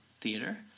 theater